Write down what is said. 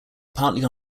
partly